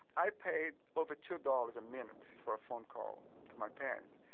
i paid over two dollars a minute for a phone call to my parents,